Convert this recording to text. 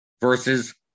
versus